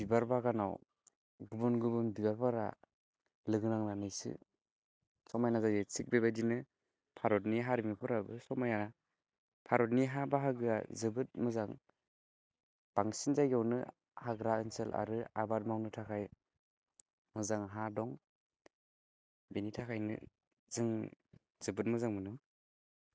बिबार बागानाव गुबन गुबुन बिबारफोरा लोगो नांनानैसो समायना जायो थिक बे बायदिनो भारतनि हारिमुफोराबो समायना भारतनि हा बाहागोआ जोबोद मोजां बांसिन जायगायावनो हाग्रा ओनसोल आरो आबाद मावनो थाखाय मोजां हा दं बिनि थाखायनो जों जोबोद मोजां मोनो